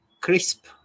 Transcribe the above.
Crisp